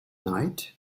night